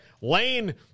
Lane